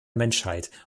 menschheit